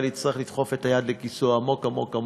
יצטרך לדחוף את היד לכיסו עמוק-עמוק-עמוק,